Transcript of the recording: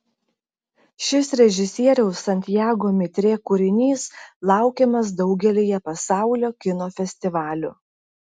šis režisieriaus santiago mitre kūrinys laukiamas daugelyje pasaulio kino festivalių